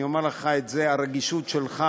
אני אומר לך את זה: הרגישות שלך,